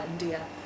india